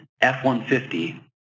F-150